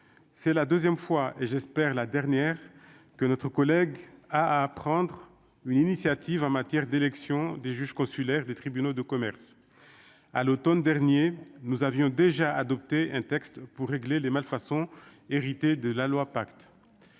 c'est la 2ème fois et j'espère la dernière que notre collègue à à prendre une initiative en matière d'élection des juges consulaires des tribunaux de commerce, à l'Automne dernier, nous avions déjà adopté un texte pour régler les malfaçons hérité de la loi pacte